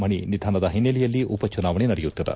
ಮಣಿ ನಿಧನದ ಒನ್ನೆಲೆಯಲ್ಲಿ ಉಪಚುನಾವಣೆ ನಡೆಯುತ್ತಿದೆ